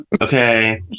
okay